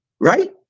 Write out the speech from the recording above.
right